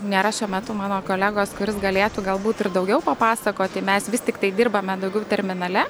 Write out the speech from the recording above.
nėra šiuo metu mano kolegos kuris galėtų galbūt ir daugiau papasakoti mes vis tiktai dirbame daugiau terminale